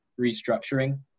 restructuring